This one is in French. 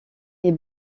est